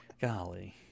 golly